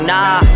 Nah